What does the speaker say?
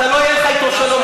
לא יהיה לך איתו שלום,